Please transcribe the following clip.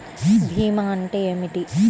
భీమా అంటే ఏమిటి?